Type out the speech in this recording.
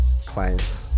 clients